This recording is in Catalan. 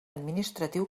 administratiu